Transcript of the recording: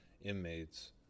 inmates